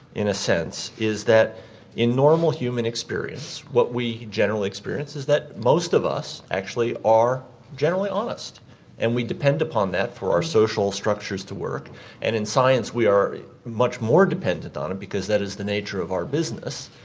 in a sense, is that in normal human experience what we generally experience is that most of us actually are generally honest and we depend upon that for our social structures to work and in science we are much more dependant on it because that is the nature of our business.